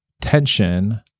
tension